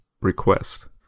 request